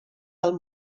del